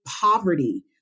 poverty